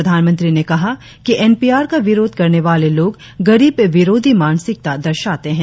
प्रधानमंत्री ने कहा कि एन पी आर का विरोध करने वाले लोग गरिब विरोधी मानसिकता दर्शाते हैं